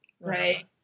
Right